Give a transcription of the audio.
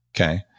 okay